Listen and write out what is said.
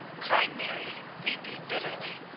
cried mary, weeping bitterly,